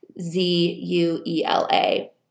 Z-U-E-L-A